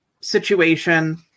situation